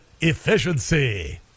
efficiency